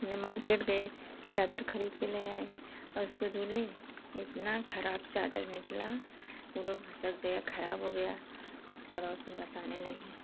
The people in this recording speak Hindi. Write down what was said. ने मार्केट गए चादर ख़रीद कर ले आए और उसको धुले इतनी ख़राब चादर निकली पूरा भसक गया ख़राब हो गया पड़ोस में बताने लगी